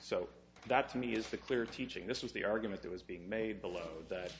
so that to me is the clear teaching this was the argument that was being made below that